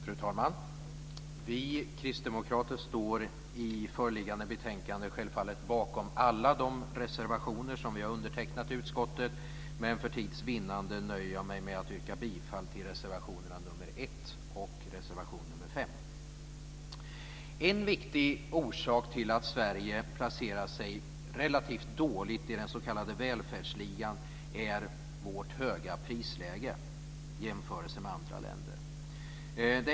Fru talman! Vi kristdemokrater står självfallet bakom alla de reservationer vi har undertecknat i utskottet i föreliggande betänkande. Men för tids vinnande nöjer jag mig med att yrka bifall till reservationerna 1 och 5. En viktig orsak till att Sverige placerar sig relativt dåligt i den s.k. välfärdsligan är vårt höga prisläge i jämförelse med andra länder.